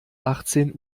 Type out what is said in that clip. achtzehn